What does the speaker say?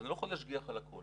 אני לא יכול להשגיח על הכול.